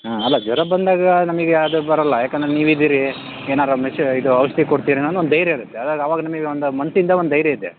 ಹಾಂ ಅಲ್ಲ ಜ್ವರ ಬಂದಾಗ ನಮಗೆ ಅದು ಬರಲ್ಲ ಯಾಕಂದರೆ ನೀವು ಇದ್ದೀರಿ ಏನಾರ ಮೆಶಿ ಇದ್ ಔಷಧಿ ಕೊಡ್ತೀರೇನೋ ಅಂತ ಒಂದು ಧೈರ್ಯ ಇರತ್ತೆ ಅದಾಗ ಅವಾಗ ನಮಗೆ ಒಂದು ಮನಸ್ಸಿಂದ ಒಂದು ಧೈರ್ಯ ಇದೆ